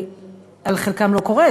על חלקם אני לא קוראת,